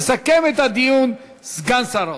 יסכם את הדיון סגן שר האוצר.